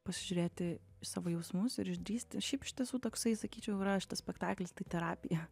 pasižiūrėti savo jausmus ir išdrįsti šiaip iš tiesų toksai sakyčiau yra šitas spektaklis tai terapija